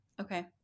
Okay